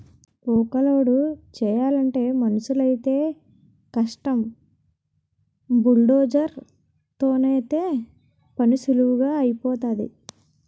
ఊక లోడు చేయలంటే మనుసులైతేయ్ కష్టం బుల్డోజర్ తోనైతే పనీసులువుగా ఐపోతాది